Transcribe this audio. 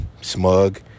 smug